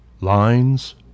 Lines